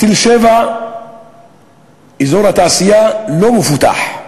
בתל-שבע אזור התעשייה לא מפותח.